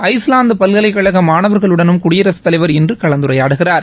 Iceland பல்கலைக்கழக மாணவர்களுடனும் குடியரசுத் தலைவர் இன்று கலந்துரையாடுகிறார்